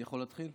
אני יכול להתחיל?